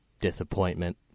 disappointment